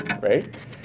Right